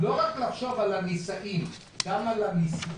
לא רק לחשוב על הנישאים אלא גם על הנישואים,